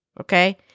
okay